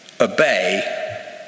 Obey